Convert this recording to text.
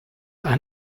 ein